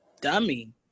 dummy